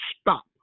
stop